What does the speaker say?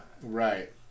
Right